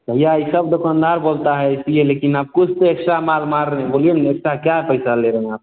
भैया ई सब दुकानदार बोलता है इसलिए लेकिन आप कुछ तो एक्स्ट्रा माल मार रहें बोलिए ना इतना क्या पैसा ले रहें आप